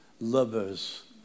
lovers